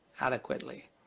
adequately